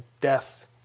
death